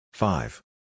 Five